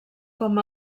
com